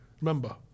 Remember